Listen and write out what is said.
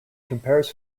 compares